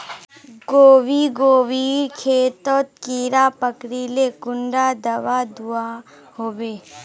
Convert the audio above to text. गोभी गोभिर खेतोत कीड़ा पकरिले कुंडा दाबा दुआहोबे?